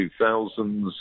2000s